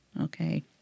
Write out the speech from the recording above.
Okay